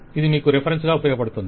ఇది మీకు రిఫరెన్స్ గా ఉపయోగపడుతుంది